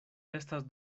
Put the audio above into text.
estas